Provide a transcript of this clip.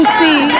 see